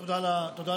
תודה על התשובה.